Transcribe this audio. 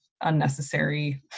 unnecessary